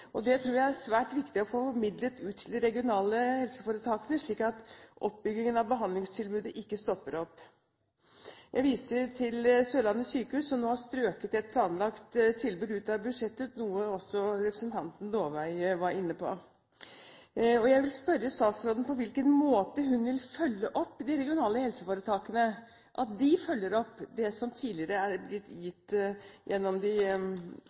gjelder. Det tror jeg er svært viktig å få formidlet til de regionale helseforetakene, slik at oppbyggingen av behandlingstilbudet ikke stopper opp. Jeg viste til Sørlandet sykehus som nå har strøket et planlagt tilbud fra budsjettet, noe også representanten Dåvøy var inne på. Jeg vil spørre statsråden på hvilken måte hun vil se til at de regionale helseforetakene følger opp det som tidligere er blitt gitt gjennom